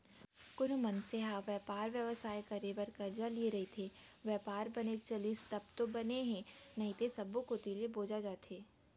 कोनो मनसे ह बयपार बेवसाय करे बर करजा लिये रइथे, बयपार बने चलिस तब तो बने हे नइते सब्बो कोती ले बोजा जथे